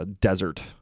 desert